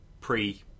pre